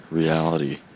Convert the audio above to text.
reality